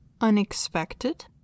unexpected